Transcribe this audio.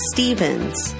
Stevens